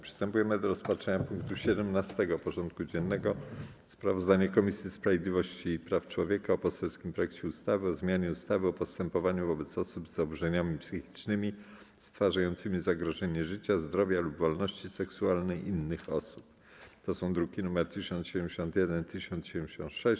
Przystępujemy do rozpatrzenia punktu 17. porządku dziennego: Sprawozdanie Komisji Sprawiedliwości i Praw Człowieka o poselskim projekcie ustawy o zmianie ustawy o postępowaniu wobec osób z zaburzeniami psychicznymi stwarzających zagrożenie życia, zdrowia lub wolności seksualnej innych osób (druki nr 1071 i 1076)